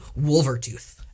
Wolvertooth